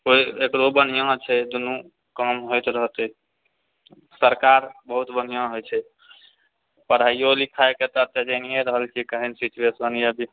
कोइ एकरो बन्हिआँ छै दुनू काम होइत रहतै सरकार बहुत बन्हिआं होइ छै पढ़ाइयो लिखाइके तऽ जानिये रहल छियै केहन सिचुएशन यएह बि